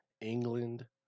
England